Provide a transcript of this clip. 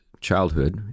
childhood